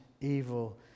evil